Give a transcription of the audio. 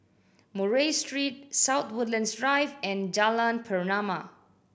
Murray Street South Woodlands Drive and Jalan Pernama